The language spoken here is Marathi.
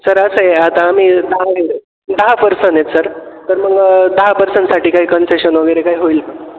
सर असं आहे आता आम्ही दहा दहा पर्सन आहेत सर तर मग दहा पर्सनसाठी काही कन्सेशन वगैरे काय होईल का